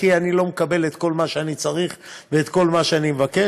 כי אני לא מקבל את כל מה שאני צריך ואת כל מה שאני מבקש,